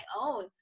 own